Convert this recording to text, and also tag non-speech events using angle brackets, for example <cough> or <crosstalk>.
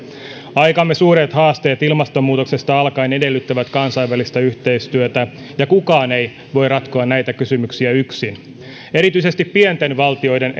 aikamme suuret haasteet ilmastonmuutoksesta alkaen edellyttävät kansainvälistä yhteistyötä ja kukaan ei voi ratkoa näitä kysymyksiä yksin erityisesti pienten valtioiden <unintelligible>